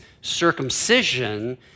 circumcision